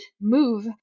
move